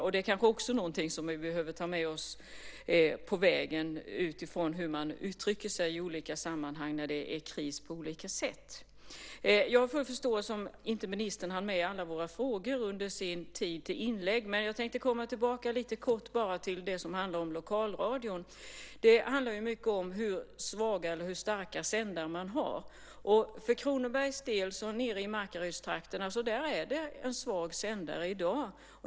Frågan om hur man uttrycker sig i olika sammanhang när det är kris på olika sätt är kanske också något som vi behöver ta med oss på vägen. Jag har full förståelse för att ministern inte hann med alla våra frågor under sitt inlägg. Jag vill kort komma tillbaka till det som handlar om lokalradion. Det handlar mycket om hur svaga eller starka sändare man har. För Kronobergs del är det nere i Markarydstrakten en svag sändare i dag.